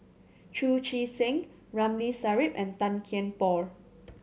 Chu Chee Seng Ramli Sarip and Tan Kian Por